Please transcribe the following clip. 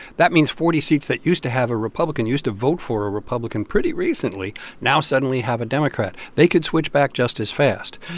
that means forty seats that used to have a republican used to vote for a republican pretty recently now suddenly have a democrat. they could switch back just as fast.